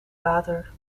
water